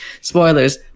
spoilers